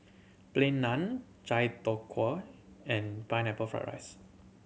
Plain Naan chai tow kway and Pineapple Fried rice